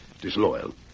disloyal